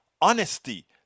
honesty